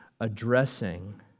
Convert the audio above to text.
addressing